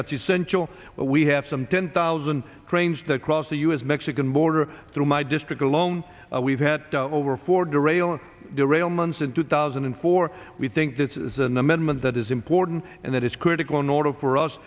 that's essential we have some ten thousand range the across the u s mexican border through my district alone we've had over four derailment derailments in two thousand and four we think this is an amendment that is important and that is critical in order for us